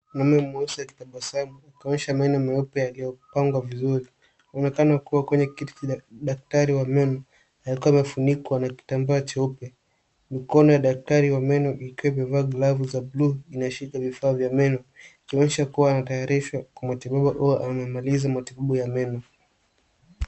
Mwanaume mweusi akitabasamu, akionyesha meno meupe yaliyopangwa vizuri. Anaonekana kua kwenye kiti cha daktari wa meno, akiwa amefunikwa na kitambaa cheupe. Mikono ya daktari wa meno ikiwa imevaa glavu za blue , inashika vifaa vya meno, ikionyesha kua anatayarishwa kwa matibabu au amemalizia matibabu ya meno.